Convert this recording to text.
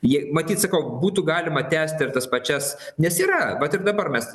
ji matyt sakau būtų galima tęsti ir tas pačias nes yra vat ir dabar mes